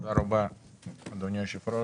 תודה רבה אדוני היושב ראש.